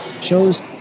shows